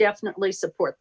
definitely support